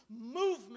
movement